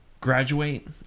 graduate